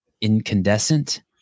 incandescent